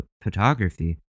photography